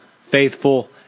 faithful